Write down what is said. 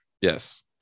Yes